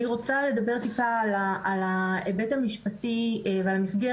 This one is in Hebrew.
אני רוצה לדבר על ההיבט המשפטי והמסגרת